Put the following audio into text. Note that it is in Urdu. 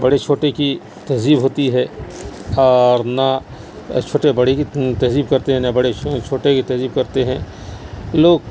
بڑے چھوٹے کی تہذیب ہوتی ہے اور نہ چھوٹے بڑے کی تہذیب کرتے ہیں نہ بڑے چھوٹے کی تہذیب کرتے ہیں لوگ